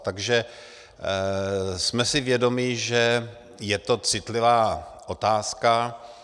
Takže jsme si vědomi, že je to citlivá otázka.